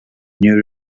new